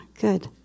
Good